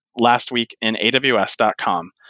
lastweekinaws.com